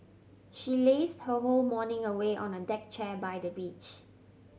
she lazed her whole morning away on a deck chair by the beach